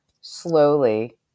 Slowly